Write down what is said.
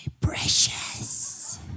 precious